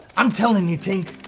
i'm telling you, tink,